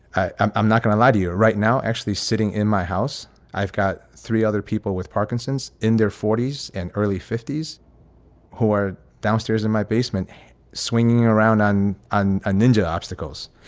i'm i'm not going to lie to you right now, actually sitting in my house. i've got three other people with parkinson's in their forty s and early fifty s who are downstairs in my basement swinging around on on a ninja obstacles.